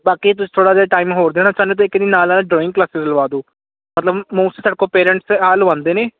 ਬਾਕੀ ਤੁਸੀਂ ਥੋੜਾ ਜਿਹਾ ਟਾਈਮ ਹੋਰ ਦੇਣਾ ਚਾਹੁੰਦੇ ਤੇ ਇੱਕ ਨੀ ਨਾਲ ਡਰਾਇੰਗ ਕਲਾਸਿਸ ਲਵਾ ਦੋ ਮਤਲਬ ਮੋਸਟ ਤੁਹਾਡੇ ਕੋਲ ਪੇਰੈਂਟਸ ਆਹ ਲਵਾਉਂਦੇ ਨੇ